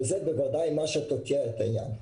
וזה בוודאי מה שתוקע את העניין.